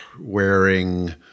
wearing